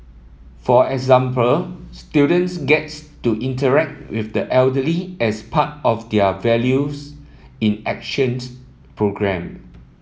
for example students gets to interact with the elderly as part of their Values in Actions programme